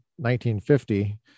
1950